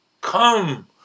come